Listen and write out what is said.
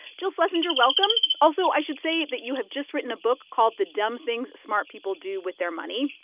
jill schlesinger, welcome. also, i should say that you have just written a book called the dumb things smart people do with their money.